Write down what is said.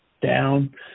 down